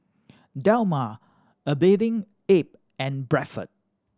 Dilmah A Bathing Ape and Bradford